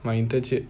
my internship